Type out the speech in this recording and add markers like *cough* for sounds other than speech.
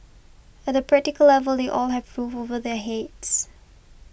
at the practical level they all have *unintelligible* over their heads